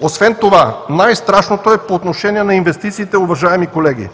Освен това най-страшното е по отношение на инвестициите, уважаеми колеги.